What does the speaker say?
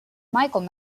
michael